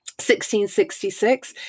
1666